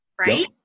right